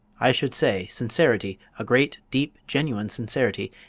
i should say sincerity, a great, deep, genuine sincerity,